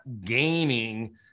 gaining